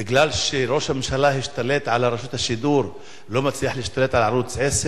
בגלל שראש הממשלה השתלט על רשות השידור ולא מצליח להשתלט על ערוץ-10?